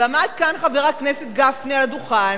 ועמד כאן חבר הכנסת גפני על הדוכן